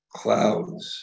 clouds